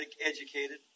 educated